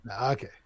Okay